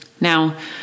Now